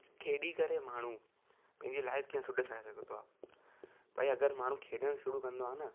खेॾी करे माण्हू पंहिंजी लाइफ़ खे सुठे ठाहे सघंदो आहे भई अगरि माण्हू खेॾणु शुरू कंदो आहे न